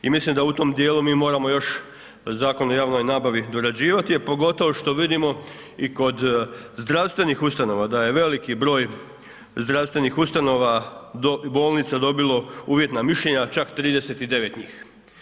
I mislim da u tom djelu mi moramo još zakone o javnoj nabavi dorađivati a pogotovo što vidimo i kod zdravstvenih ustanova da je veliki broj zdravstvenih ustanova, bolnica dobilo uvjetna mišljenja, čak 39 njih.